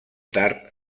tard